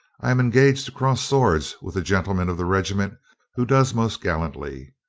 i am engaged to cross swords with the gentleman of the regiment who does most gallantly.